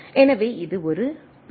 எனவே இது ஒரு பிழை